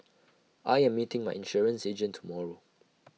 I am meeting my insurance agent tomorrow